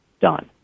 done